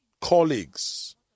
colleagues